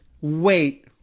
wait